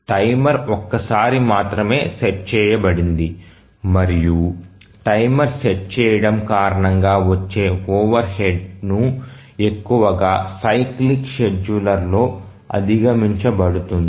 timer ఒక్కసారి మాత్రమే set చేయబడింది మరియు టైమర్ సెట్ చేయడం కారణంగా వచ్చే ఓవర్ హెడ్ ను ఎక్కువగా సైక్లిక్ షెడ్యూలర్లో అధిగమించబడుతుంది